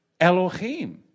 Elohim